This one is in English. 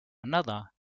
another